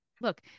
Look